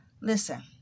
Listen